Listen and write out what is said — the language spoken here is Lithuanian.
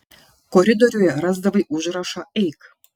koridoriuje rasdavai užrašą eik